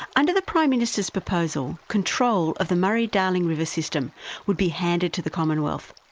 under the prime minister's proposal, control of the murray-darling river system would be handed to the commonwealth,